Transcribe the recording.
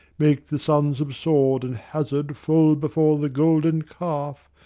make the sons of sword and hazard fall before the golden calf,